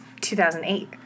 2008